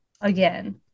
again